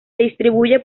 distribuye